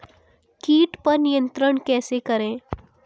कीट पर नियंत्रण कैसे करें?